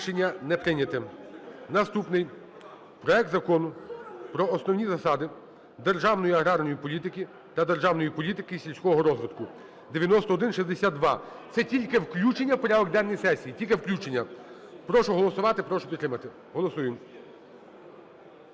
Рішення не прийнято. Наступний. Проект Закону про основні засади державної аграрної політики та державної політики сільського розвитку (9162). Це тільки включення в порядок денний сесії. Тільки включення. Прошу голосувати. Прошу підтримати. Голосуємо.